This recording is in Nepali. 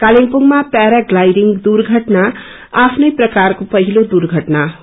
कालेबुङमा पैरा ग्लाईडिंग दुर्घटना आफ्नै प्रकारको पहिलो दुर्घटना हो